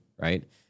Right